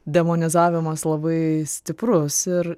demonizavimas labai stiprus ir